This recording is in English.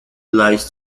lies